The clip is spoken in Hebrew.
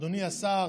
אדוני השר,